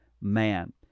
man